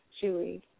Julie